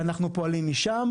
ואנחנו פועלים משם.